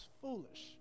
foolish